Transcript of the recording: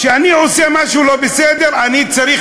כשאני עושה משהו לא בסדר אני צריך